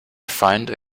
find